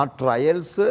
trials